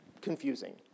Confusing